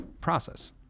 process